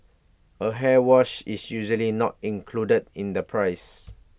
A hair wash is usually not included in the price